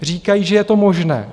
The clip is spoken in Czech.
Říkají, že je to možné.